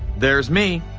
there's me!